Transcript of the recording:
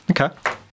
Okay